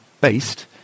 based